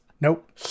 Nope